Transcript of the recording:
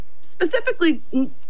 specifically